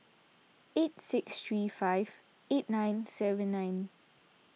eight six three five eight nine seven nine